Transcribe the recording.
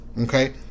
okay